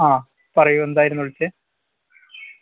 ആ പറയൂ എന്തായിരുന്നു വിളിച്ചത്